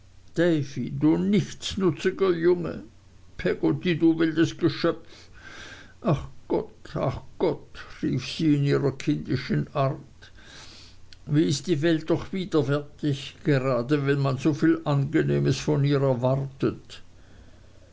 du nichtsnutziger junge peggotty du wildes geschöpf ach gott ach gott rief sie in ihrer kindischen art wie ist die welt doch widerwärtig grade wenn man so viel angenehmes von ihr erwartet